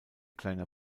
kleiner